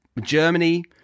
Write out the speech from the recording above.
Germany